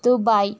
Dubai